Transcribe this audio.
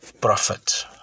prophet